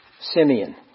Simeon